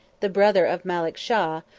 the brother of malek shah,